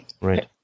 Right